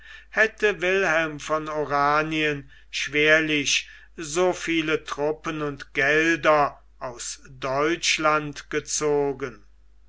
hätte wilhelm von oranien schwerlich so viele trnppen und gelder aus deutschland gezogen